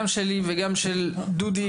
גם שלי וגם של דודי,